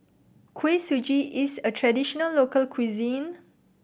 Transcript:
Kuih Suji is a traditional local cuisine